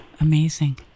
Amazing